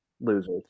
losers